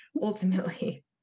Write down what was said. ultimately